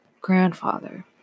grandfather